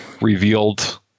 revealed